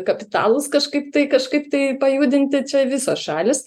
kapitalus kažkaip tai kažkaip tai pajudinti čia visos šalys